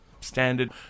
standard